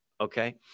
Okay